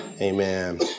Amen